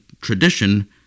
tradition